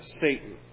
Satan